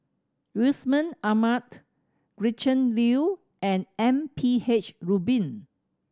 Yusman Gretchen Liu and M P H Rubin